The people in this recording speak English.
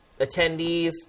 Attendees